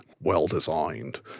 well-designed